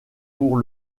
pour